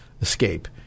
escape